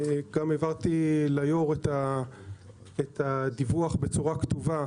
הערבתי ליושב-ראש את הדיווח בצורה כתובה,